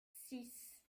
six